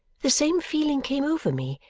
the same feeling came over me.